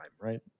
right